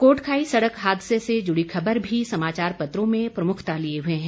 कोटखाई सड़क हादसे से जुड़ी खबर भी समाचार पत्रों में प्रमुखता लिए हुए है